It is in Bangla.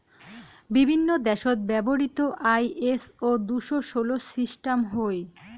বিভিন্ন দ্যাশত ব্যবহৃত আই.এস.ও দুশো ষোল সিস্টাম হই